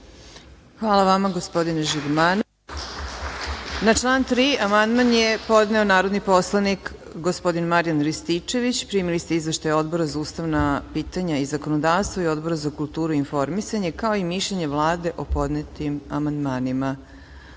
Hvala vama gospodin Žigmanov. Na član 3. amandman je podneo narodni poslanik gospodin Marijan Rističević. Primili ste izveštaje Odbora za ustavna pitanja i zakonodavstvo i Odbora za kulturu i informisanje, kao i mišljenje Vlade o podnetim amandmanima. Reč